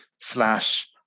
slash